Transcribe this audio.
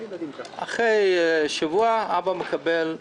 אחרי שבוע האבא מקבל גלויה.